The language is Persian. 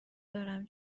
دارم